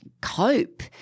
cope